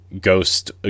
ghost